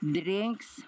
drinks